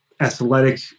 athletic